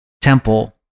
temple